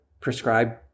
prescribed